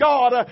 God